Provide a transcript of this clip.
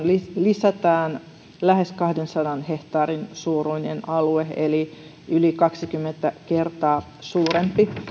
lisätään lähes kahdensadan hehtaarin suuruinen alue eli yli kaksikymmentä kertaa suurempi